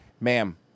Ma'am